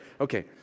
Okay